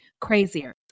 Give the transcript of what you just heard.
crazier